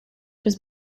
was